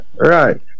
right